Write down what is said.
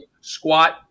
squat